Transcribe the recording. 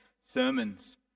sermons